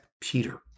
Peter